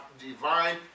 divine